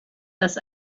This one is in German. das